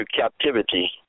captivity